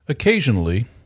Occasionally